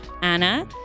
Anna